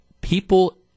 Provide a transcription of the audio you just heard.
people